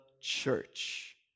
church